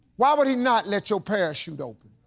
why would he not let your parachute open?